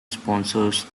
sponsors